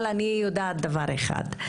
אבל אני יודעת דבר אחד,